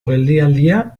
geldialdia